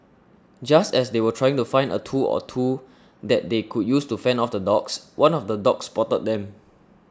just as they were trying to find a tool or two that they could use to fend off the dogs one of the dogs spotted them